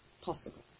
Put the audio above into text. possible